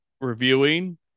reviewing